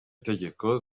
tegeko